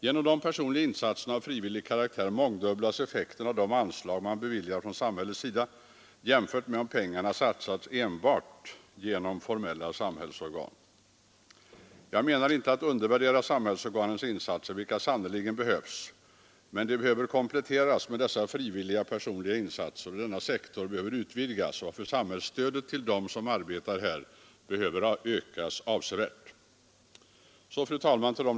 Genom de personliga insatserna av frivillig karaktär mångdubblas effekten av de anslag man beviljar från samhällets sida jämfört med om pengarna satsas enbart genom formella samhällsorgan. Jag menar inte att undervärdera samhällsorganens insatser, vilka sannerligen behövs, men de behöver kompletteras med dessa frivilliga personers insatser, och denna sektor behöver utvidgas, varför samhällsstödet till dem som arbetar här behöver ökas avsevärt.